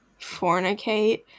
fornicate